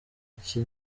iki